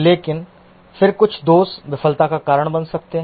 लेकिन फिर कुछ दोष विफलता का कारण बन सकते हैं